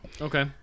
Okay